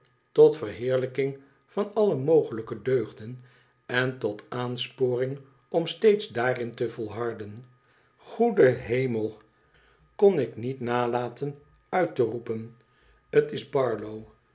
tot verheerlijking van alle mogelijke deugden en tot aansporing om steeds daarin te volharden goede hemel kon ik niet nalaten uit te roepen t is barlow